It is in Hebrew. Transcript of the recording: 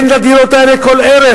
אין לדירות האלה כל ערך,